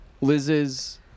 Liz's